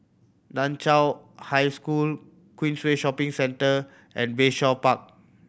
Nan Chiau High School Queensway Shopping Centre and Bayshore Park